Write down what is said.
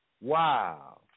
Wow